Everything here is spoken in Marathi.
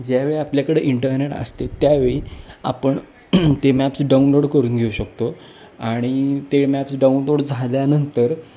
ज्यावेेळी आपल्याकडे इंटरनेट असते त्यावेळी आपण ते मॅप्स डाउनलोड करून घेऊ शकतो आणि ते मॅप्स डाउनलोड झाल्यानंतर